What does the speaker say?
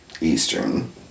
Eastern